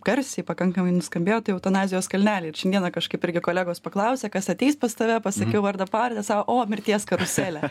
garsiai pakankamai nuskambėjo tai eutanazijos kalneliai ir šiandieną kažkaip irgi kolegos paklausė kas ateis pas tave pasakiau vardą pavardę sako o mirties karuselė